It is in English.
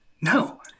no